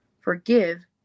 Forgive